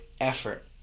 effort